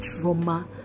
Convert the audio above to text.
trauma